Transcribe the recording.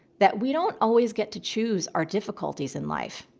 that we don't always get to choose our difficulties in life,